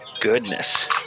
Goodness